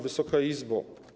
Wysoka Izbo!